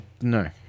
no